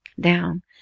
down